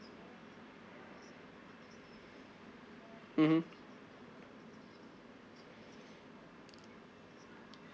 mmhmm